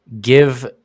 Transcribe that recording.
give